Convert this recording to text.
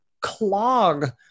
clog